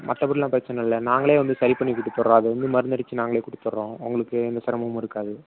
மற்றப்படிலாம் பிரச்சின இல்லை நாங்களே வந்து சரி பண்ணி கொடுத்துறோம் அது வந்து மருந்தடிச்சு நாங்களே கொடுத்துறோம் உங்களுக்கு எந்த சிரமமும் இருக்காது